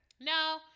no